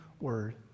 word